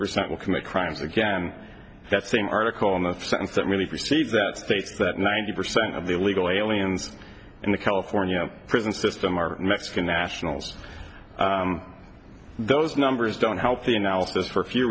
percent will commit crimes again that same article in the sense that many perceive that states that ninety percent of the illegal aliens in the california prison system are mexican nationals those numbers don't help the analysis for a few